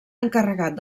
encarregat